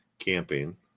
camping